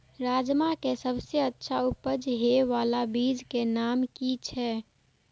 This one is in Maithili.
राजमा के सबसे अच्छा उपज हे वाला बीज के नाम की छे?